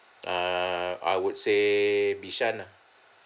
ah I would say bishan lah